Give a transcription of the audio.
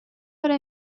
эрэ